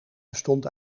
bestond